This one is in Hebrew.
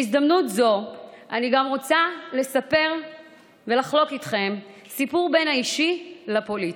בהזדמנות זו אני גם רוצה לחלוק איתכם ולספר סיפור בין האישי לפוליטי.